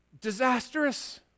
disastrous